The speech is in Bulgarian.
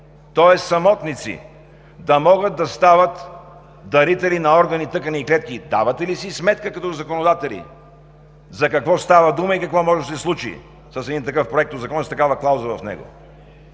тоест самотници, да могат да стават дарители на органи, тъкани и клетки. Давате ли си сметка като законодатели за какво става дума и какво може да се случи с един такъв законопроект и с такава клауза в него?